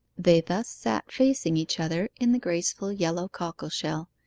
they thus sat facing each other in the graceful yellow cockle-shell,